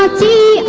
ah t